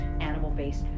animal-based